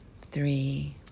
three